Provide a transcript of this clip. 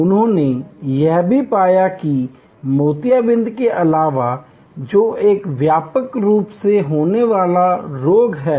उन्होंने यह भी पाया कि मोतियाबिंद के अलावा जो एक व्यापक रूप से होने वाली राग है